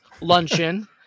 Luncheon